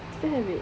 still have it